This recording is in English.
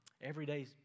everyday